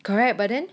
correct but then